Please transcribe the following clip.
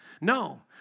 No